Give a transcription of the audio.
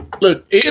Look